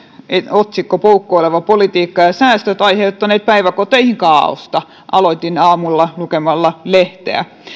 otsikko poukkoileva politiikka ja säästöt ovat aiheuttaneet päiväkoteihin kaaosta aloitin aamulla lukemalla lehteä